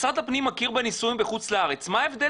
משרד הפנים מכיר בנישואים בחוץ לארץ מה ההבדל